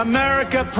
America